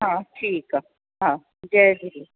हा ठीकु आहे हा जय झूले